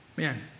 Man